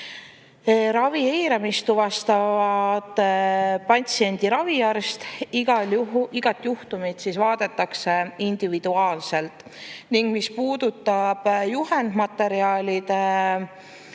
Ravi eiramist tuvastab patsiendi raviarst, igat juhtumit vaadatakse individuaalselt. Ning mis puudutab juhendmaterjalide